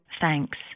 Thanks